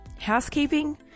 Housekeeping